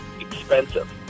expensive